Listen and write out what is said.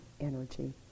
energy